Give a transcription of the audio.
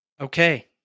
Okay